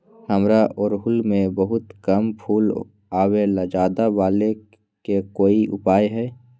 हमारा ओरहुल में बहुत कम फूल आवेला ज्यादा वाले के कोइ उपाय हैं?